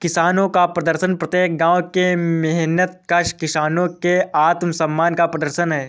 किसानों का प्रदर्शन प्रत्येक गांव के मेहनतकश किसानों के आत्मसम्मान का प्रदर्शन है